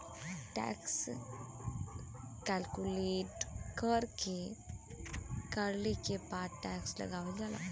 tax calculate करले के बाद टैक्स लगावल जाला